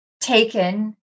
taken